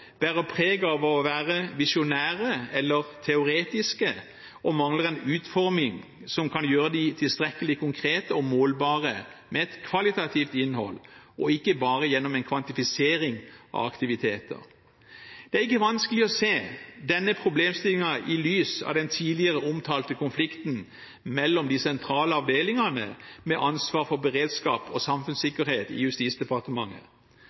bærer preg av å være visjonære eller teoretiske og mangler en utforming som kan gjøre dem tilstrekkelig konkrete og målbare, med et kvalitativt innhold og ikke bare gjennom en kvantifisering av aktiviteter. Det er ikke vanskelig å se denne problemstillingen i lys av den tidligere omtalte konflikten mellom de sentrale avdelingene med ansvar for beredskap og samfunnssikkerhet i Justisdepartementet.